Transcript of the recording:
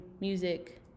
music